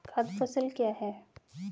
खाद्य फसल क्या है?